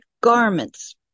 garments